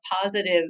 positive